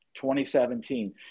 2017